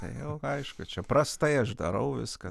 tai jau aišku čia prastai aš darau viską